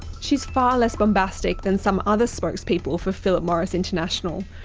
she's far less bombastic than some other spokespeople for philip morris international,